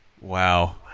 wow